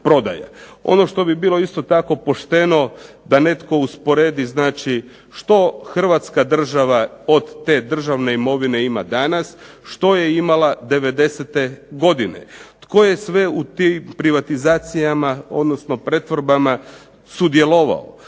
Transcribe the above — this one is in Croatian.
Ono što bi bilo isto tako pošteno da netko usporedi znači što Hrvatska država od te državne imovine ima danas, što je imala 90. godine. Tko je sve u tim privatizacijama odnosno pretvorbama sudjelovao,